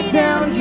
down